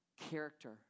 character